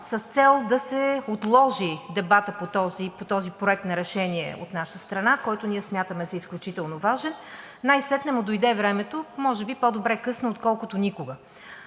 с цел да се отложи дебатът по този проект на решение от наша страна, който ние смятаме за изключително важен. Най-сетне му дойде времето – може би по-добре късно, отколкото никога.